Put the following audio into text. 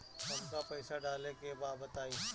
हमका पइसा डाले के बा बताई